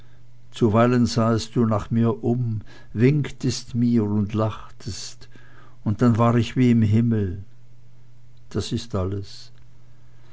zuweilen sahest du nach mir um winktest mir und lachtest und dann war ich wie im himmel das ist alles